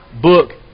book